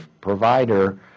provider